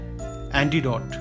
antidote